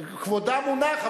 כבודם במקומו מונח,